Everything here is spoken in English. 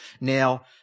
Now